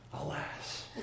Alas